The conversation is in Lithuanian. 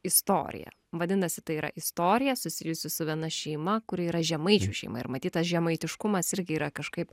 istorija vadinasi tai yra istorija susijusi su viena šeima kuri yra žemaičių šeima ir matyt tas žemaitiškumas irgi yra kažkaip